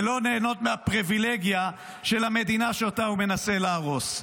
ולא ליהנות מהפריבילגיה של המדינה שאותה הוא מנסה להרוס.